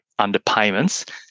underpayments